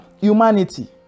humanity